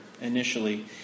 initially